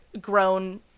grown